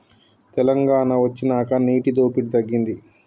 తెలంగాణ వొచ్చినాక నీటి దోపిడి తగ్గింది